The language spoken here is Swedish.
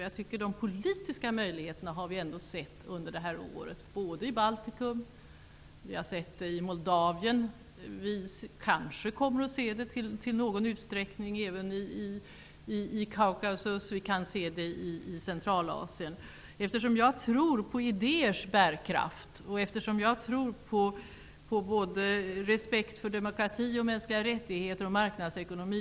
Jag tycker att vi har sett de politiska möjligheterna under detta år i Baltikum och Moldavien. Vi kanske kommer att se dem i någon utsträckning även i Kaukasus, och vi kan se dem i Centralasien. Jag tror på idéers bärkraft och på respekt för demokrati, mänskliga rättigheter och marknadsekonomi.